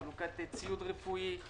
חלוקת ציוד רפואי.